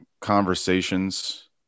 conversations